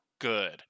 good